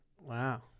Wow